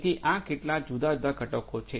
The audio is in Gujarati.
તેથી આ કેટલાક જુદા જુદા ઘટકો છે